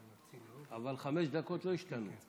אבל חמש הדקות לא ישתנו.